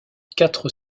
quatre